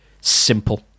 simple